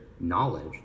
knowledge